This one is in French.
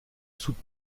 south